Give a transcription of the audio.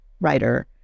writer